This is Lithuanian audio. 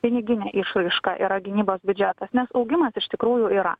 pinigine išraiška yra gynybos biudžetas nes augimas iš tikrųjų yra